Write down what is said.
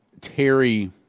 Terry